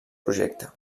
projecte